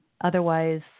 otherwise